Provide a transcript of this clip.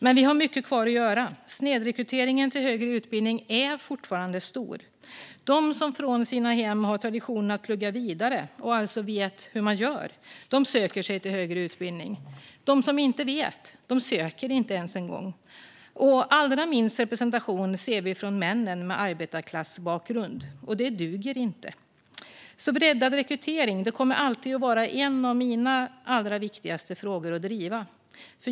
Men vi har mycket kvar att göra. Snedrekryteringen till högre utbildning är fortfarande stor. De som från sina hem har traditionen att plugga vidare, och alltså vet hur man gör, söker sig till högre utbildning. De som inte vet söker inte ens, och allra minst representation ser vi bland män med arbetarklassbakgrund. Det duger inte. Breddad rekrytering kommer därför alltid att vara en av mina allra viktigaste frågor att driva.